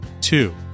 two